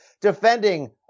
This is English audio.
defending